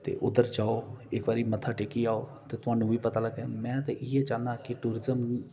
ते उद्धर जाओ इक बारी मत्था टेकी आओ ते थुआनू बी पता लग्गै में ते इ'यै चाहन्नां कि टूरीजम